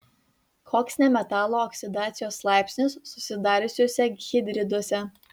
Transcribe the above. koks nemetalų oksidacijos laipsnis susidariusiuose hidriduose